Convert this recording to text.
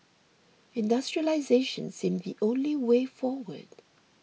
industrialisation seemed the only way forward